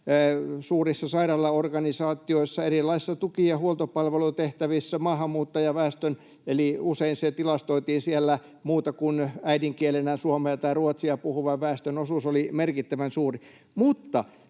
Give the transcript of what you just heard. suurissa sairaalaorganisaatioissa erilaisissa tuki- ja huoltopalvelutehtävissä maahanmuuttajaväestön, eli usein se tilastoitiin siellä ”äidinkielenään muuta kuin suomea tai ruotsia puhuvan väestön”, osuus oli merkittävän suuri.